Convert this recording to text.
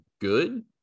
good